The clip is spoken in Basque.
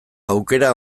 aukera